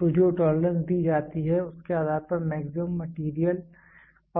तो जो टोलरेंस दी जाती है उसके आधार पर मैक्सिमम मैटेरियल